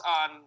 on